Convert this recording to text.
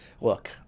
look